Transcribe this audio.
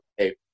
okay